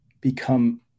become